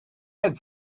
had